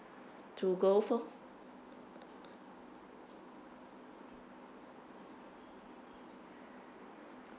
to go for